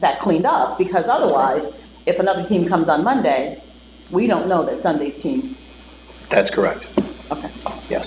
that cleaned up because otherwise if another team comes on monday we don't know that sunday team that's correct ye